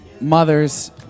mothers